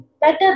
better